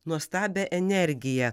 nuostabią energiją